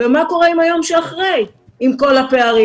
מה קורה עם היום שאחרי, עם כל הפערים?